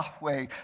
Yahweh